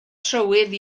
trywydd